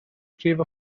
prif